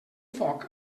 foc